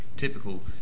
Typical